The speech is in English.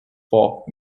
folk